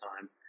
time